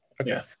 Okay